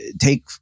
take